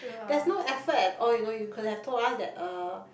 there's no effort at all you know you could have told us that uh